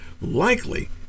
likely